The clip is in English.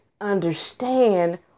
understand